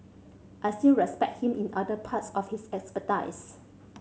I still respect him in other parts of his expertise